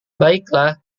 baiklah